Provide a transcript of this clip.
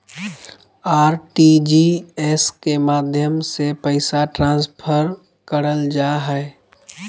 RTGS के माध्यम से पैसा ट्रांसफर करल जा हय